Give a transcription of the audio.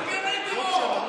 תגנה טרור.